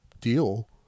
deal